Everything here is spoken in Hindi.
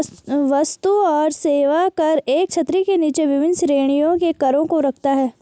वस्तु और सेवा कर एक छतरी के नीचे विभिन्न श्रेणियों के करों को रखता है